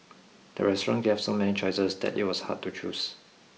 the restaurant gave so many choices that it was hard to choose